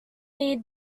need